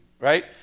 right